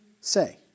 say